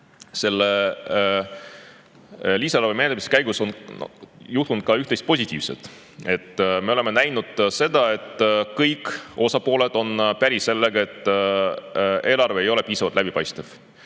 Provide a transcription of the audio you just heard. selle lisaeelarve menetluse käigus juhtunud ka üht-teist positiivset. Me oleme näinud, et kõik osapooled on päri sellega, et eelarve ei ole piisavalt läbipaistev.